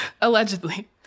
Allegedly